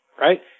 right